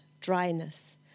dryness